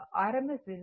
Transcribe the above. rms విలువ కాదు